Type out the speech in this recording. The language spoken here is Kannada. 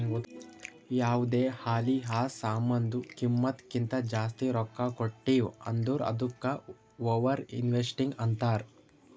ಯಾವ್ದೇ ಆಲಿ ಆ ಸಾಮಾನ್ದು ಕಿಮ್ಮತ್ ಕಿಂತಾ ಜಾಸ್ತಿ ರೊಕ್ಕಾ ಕೊಟ್ಟಿವ್ ಅಂದುರ್ ಅದ್ದುಕ ಓವರ್ ಇನ್ವೆಸ್ಟಿಂಗ್ ಅಂತಾರ್